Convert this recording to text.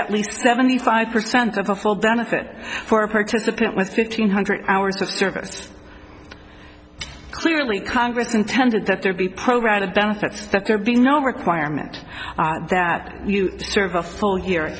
at least seventy five percent of a full benefit for purchase with fifteen hundred hours of service clearly congress intended that there be programed of benefits that there be no requirement that you serve a full year